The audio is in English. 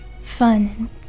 fun